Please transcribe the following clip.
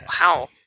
Wow